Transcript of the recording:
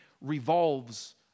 revolves